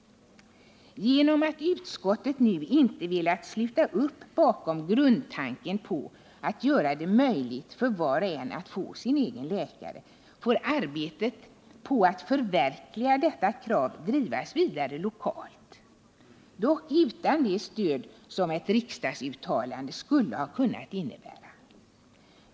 Genom att utskottet nu inte har velat sluta upp bakom grundtanken att göra det möjligt för var och en att få sin egen läkare, får arbetet på att förverkliga detta krav drivas vidare lokalt, dock utan det stöd som ett riksdagsuttalande skulle ha inneburit.